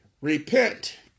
Repent